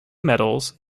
medals